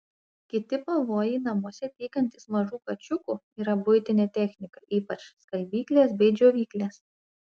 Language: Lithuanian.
kiti pavojai namuose tykantys mažų kačiukų yra buitinė technika ypač skalbyklės bei džiovyklės